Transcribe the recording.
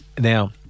Now